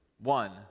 One